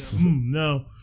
No